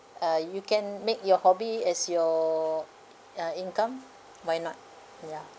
uh you can make your hobby as you ran income why not ya